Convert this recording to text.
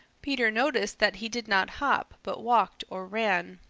peter noticed that he did not hop, but walked or ran.